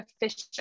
efficient